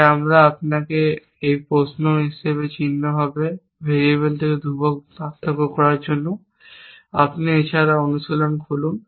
তাই আমি আপনাকে এই প্রশ্ন চিহ্ন হবে ভেরিয়েবল থেকে ধ্রুবক পার্থক্য করার জন্য আপনি এছাড়াও অনুশীলন খুলুন